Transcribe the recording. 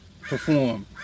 perform